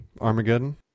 Armageddon